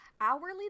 Hourly